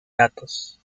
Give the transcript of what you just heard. datos